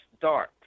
dark